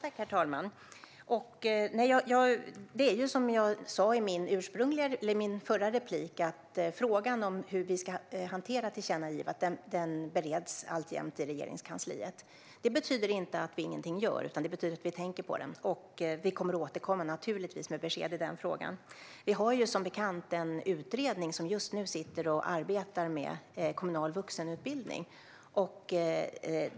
Herr talman! Det är som jag sa i min förra replik att frågan om hur vi ska hantera tillkännagivandet alltjämt bereds i Regeringskansliet. Det betyder inte att vi ingenting gör, utan det betyder att vi tänker på det. Vi kommer naturligtvis att återkomma med besked i frågan. Vi har som bekant en utredning som arbetar med kommunal vuxenutbildning.